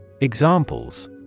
Examples